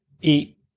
eat